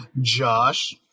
Josh